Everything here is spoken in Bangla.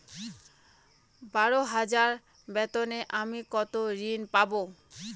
বারো হাজার বেতনে আমি কত ঋন পাব?